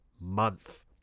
month